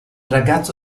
ragazzo